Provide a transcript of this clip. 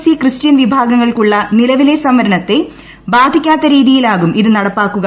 C Christian വിഭാഗങ്ങൾക്കുള്ള നിലവിലെ സംവരണത്തെ ബാധിക്കാത്ത രീതിയിലാവും ഇത് നടപ്പാക്കുക